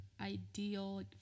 ideal